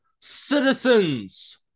Citizens